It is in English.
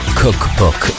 cookbook